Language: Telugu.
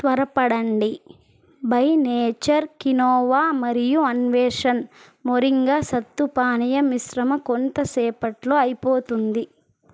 త్వరపడండి బై నేచర్ కీనోవా మరియు అన్వేషణ్ మొరింగా సత్తు పానీయ మిశ్రమ కొంతసేపట్లో అయిపోతుంది